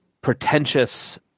pretentious